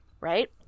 Right